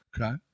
Okay